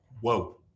Whoa